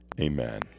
amen